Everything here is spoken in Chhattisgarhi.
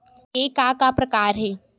के का का प्रकार हे?